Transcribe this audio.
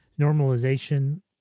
normalization